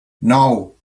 nou